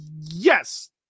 Yes